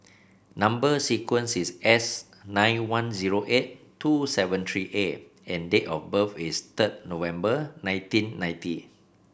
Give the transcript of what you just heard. number sequence is S nine one zero eight two seven three A and date of birth is third November nineteen ninety